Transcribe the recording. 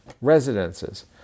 residences